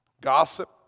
Gossip